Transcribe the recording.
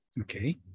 Okay